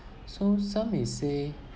so some may say